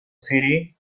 city